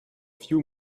few